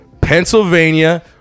Pennsylvania